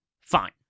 Fine